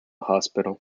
hospital